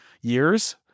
years